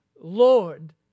Lord